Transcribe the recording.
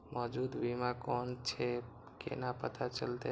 मौजूद बीमा कोन छे केना पता चलते?